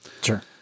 Sure